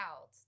out